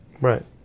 Right